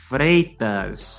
Freitas